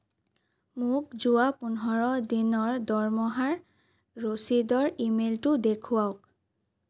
মোক যোৱা পোন্ধৰ দিনৰ দৰমহা ৰচিদৰ ই মেইলটো দেখুৱাওক